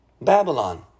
Babylon